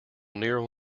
neural